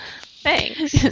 thanks